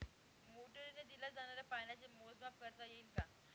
मोटरीने दिल्या जाणाऱ्या पाण्याचे मोजमाप करता येईल का?